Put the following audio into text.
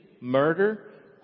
murder